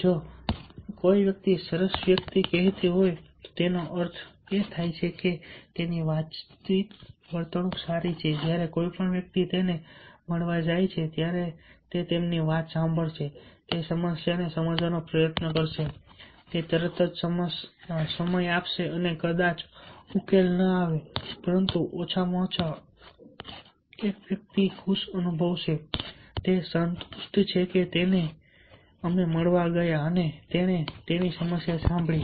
જો કોઈ વ્યક્તિ સરસ વ્યક્તિ કહેતી હોય તો તેનો અર્થ એ થાય કે તેની વાતચીતની વર્તણૂક સારી છે જ્યારે પણ કોઈ વ્યક્તિ તેને મળવા જાય છે ત્યારે તે તેમની વાત સાંભળશે તે સમસ્યાને સમજવાનો પ્રયત્ન કરશે તે તરત જ સમય આપશે કદાચ ઉકેલ ન આવે પરંતુ ઓછામાં ઓછું એક વ્યક્તિ ખુશ અનુભવે છે તે સંતુષ્ટ છે કે તે તેને મળવા ગયો અને તેણે તેની સમસ્યા સાંભળી